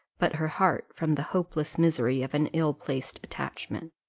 but her heart from the hopeless misery of an ill-placed attachment.